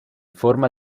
forma